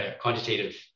quantitative